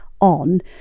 on